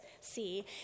see